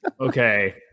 okay